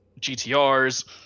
GTRs